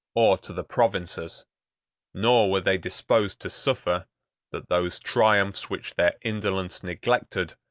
or to the provinces nor were they disposed to suffer that those triumphs which their indolence neglected,